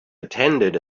attended